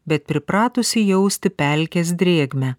bet pripratusi jausti pelkės drėgmę